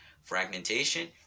fragmentation